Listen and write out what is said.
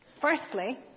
Firstly